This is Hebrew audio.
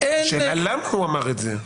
השאלה למה הוא אמר את זה.